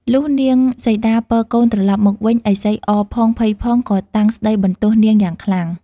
លុះនាងសីតាពរកូនត្រឡប់មកវិញ ឥសីអរផង ភ័យផងក៏តាំងស្តីបន្ទោសនាងយ៉ាងខ្លាំង។